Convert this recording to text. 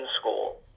school